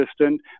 assistant